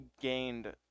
gained